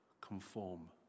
conform